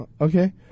Okay